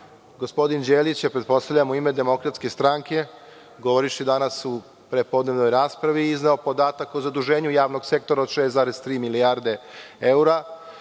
gospodin Đelić je, pretpostavljam, u ime DS, govorivši danas u prepodnevnoj raspravi, izneo podatak o zaduženju javnog sektora od 6,3 milijarde eura.